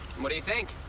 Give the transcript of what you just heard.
what do you think?